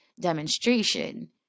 demonstration